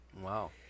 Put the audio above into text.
Wow